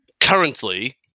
Currently